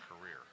career